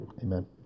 Amen